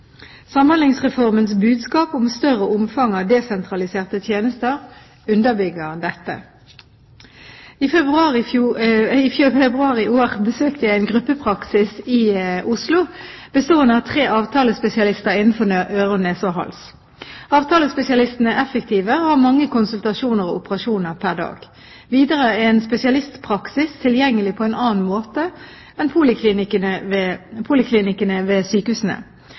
Samhandlingsreformens budskap om større omfang av desentraliserte tjenester underbygger dette. I februar i år besøkte jeg en gruppepraksis i Oslo, bestående av tre avtalespesialister innenfor øre-nese-hals. Avtalespesialistene er effektive og har mange konsultasjoner og operasjoner pr. dag. Videre er en spesialistpraksis tilgjengelig på en annen måte enn poliklinikkene ved sykehusene.